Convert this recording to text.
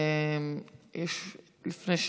לאן?